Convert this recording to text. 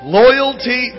loyalty